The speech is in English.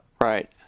Right